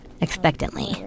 expectantly